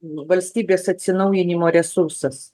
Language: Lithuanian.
valstybės atsinaujinimo resursas